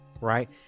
right